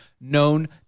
known